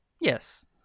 Yes